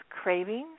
cravings